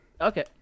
Okay